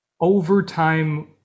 overtime